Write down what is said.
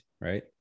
right